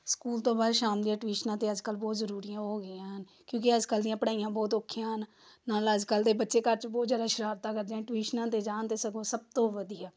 school ਤੋਂ ਬਾਅਦ ਸ਼ਾਮ ਦੀਆਂ ਟਿਊਸ਼ਨਾਂ ਤਾਂ ਅੱਜ ਕੱਲ੍ਹ ਬਹੁਤ ਜ਼ਰੂਰੀ ਹੋ ਗਈਆਂ ਹਨ ਕਿਉਂਕਿ ਅੱਜ ਕੱਲ੍ਹ ਦੀਆਂ ਪੜ੍ਹਾਈਆਂ ਬਹੁਤ ਔਖੀਆਂ ਹਨ ਨਾਲ ਅੱਜ ਕੱਲ੍ਹ ਦੇ ਬੱਚੇ ਘਰ 'ਚ ਬਹੁਤ ਜ਼ਿਆਦਾ ਸ਼ਰਾਰਤਾਂ ਕਰਦੇ ਆ ਟਿਊਸ਼ਨਾਂ 'ਤੇ ਜਾਣ ਤਾਂ ਸਗੋਂ ਸਭ ਤੋਂ ਵਧੀਆ